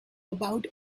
about